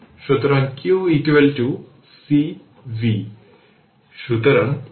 এখন প্রশ্ন হল এটি দেওয়া হলে r এই সার্কিট দেওয়া হয়